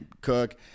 cook